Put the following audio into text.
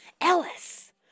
Ellis